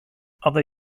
other